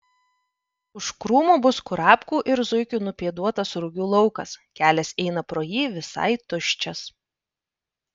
už krūmų bus kurapkų ir zuikių nupėduotas rugių laukas kelias eina pro jį visai tuščias